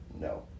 no